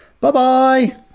Bye-bye